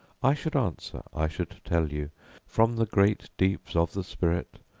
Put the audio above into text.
i should answer, i should tell you from the great deeps of the spirit,